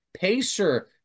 pacer